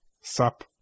Sup